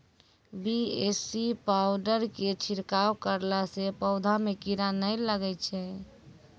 BAC powder के छिड़काव करला से पौधा मे कीड़ा नैय लागै छै?